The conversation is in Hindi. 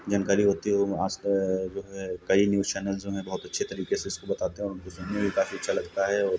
जानकारी होती है वहाँ से जो है कई न्यूज़ चैनल्स जो है बहुत अच्छे तरीके से इसको बताते हैं और ये सुनने में काफ़ी अच्छा लगता है और